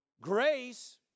grace